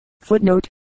Footnote